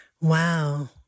Wow